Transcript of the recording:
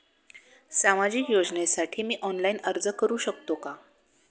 सामाजिक योजनेसाठी मी ऑनलाइन अर्ज करू शकतो का?